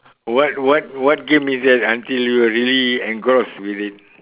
what what what game is that until you are really engrossed with it